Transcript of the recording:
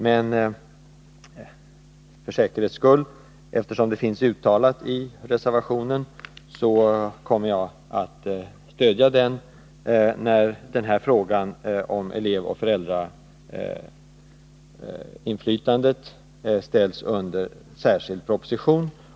Men eftersom det i reservationen finns klart uttalat att föräldraoch elevorganisationerna bör delta i skolöverstyrelsens styrelsearbete, kommer jag för säkerhets skull att stödja den, när frågan om elevoch föräldrainflytandet ställs under särskild proposition.